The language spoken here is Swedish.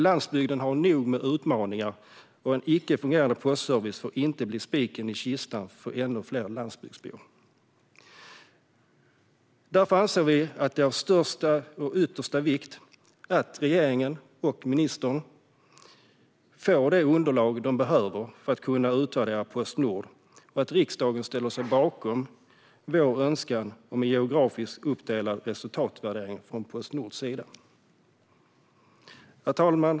Landsbygden har nog med utmaningar, och en icke fungerande postservice får inte bli spiken i kistan för ännu fler landsbygdsbor. Därför anser vi att det är av största och yttersta vikt att regeringen och ministern får det underlag de behöver för att kunna utvärdera Postnord och att riksdagen ställer sig bakom vår önskan om en geografiskt uppdelad resultatutvärdering från Postnords sida. Herr talman!